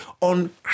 on